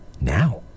now